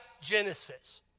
Genesis